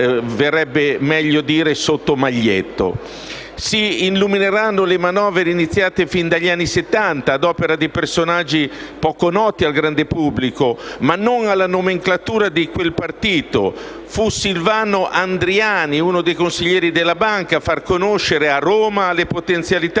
sarebbe meglio dire sotto maglietto. Si illumineranno le manovre iniziate fin dagli anni Settanta ad opera di personaggi poco noti al grande pubblico, ma non alla nomenclatura di quel partito. Fu Silvano Andriani, uno dei consiglieri della banca, a far conoscere, a Roma, le potenzialità